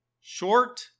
Short